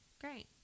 great